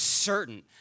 certain